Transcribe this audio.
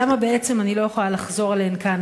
למה בעצם אני לא יכולה לחזור עליהם כאן?